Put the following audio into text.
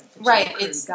right